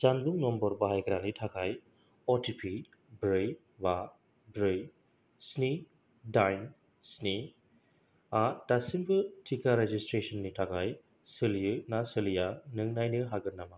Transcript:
जामबुं नम्बर बाहायग्रानि थाखाय अ टि पि ब्रै बा ब्रै स्नि से स्निआ दासिमबो टिका रेजिसट्रेसननि थाखाय सोलियो ना सोलिया नों नायनो हागोन नामा